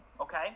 Okay